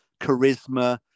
charisma